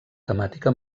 temàtica